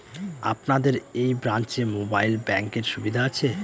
আপনাদের এই ব্রাঞ্চে মোবাইল ব্যাংকের সুবিধে আছে?